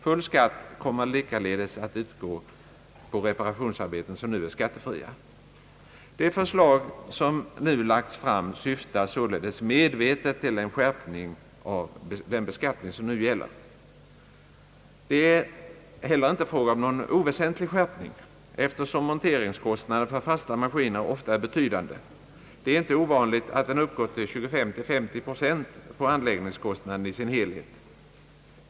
Full skatt kommer likaledes att utgå på reparationsarbeten, som nu är skattefria. Det förslag som nu lagts fram syftar således medvetet till en skärpning av den beskattning som nu gäller. Det är heller inte fråga om någon oväsentlig skärpning, eftersom monteringskostnaden för fasta maskiner ofta är betydande. Det är inte ovanligt att den uppgår till 25—50 procent av anläggningskostnaden i dess helhet.